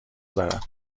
دارد